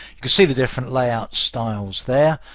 you can see the different layout styles there.